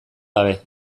gabe